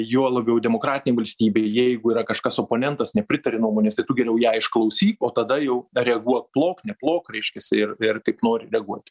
juo labiau demokratinėj valstybėj jeigu yra kažkas oponentas nepritaria nuomonės tai tu geriau ją išklausyk o tada jau reaguok plok neplok reiškiasi ir ir kaip nori reaguoti